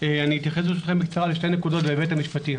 אתייחס ברשותכם בקצרה לשתי נקודות בהיבט המשפטי.